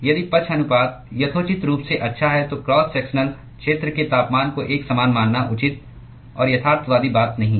यदि पक्षानुपात यथोचित रूप से अच्छा है तो क्रॉस सेक्शनल क्षेत्र के तापमान को एक समान मानना उचित और यथार्थवादी बात नहीं है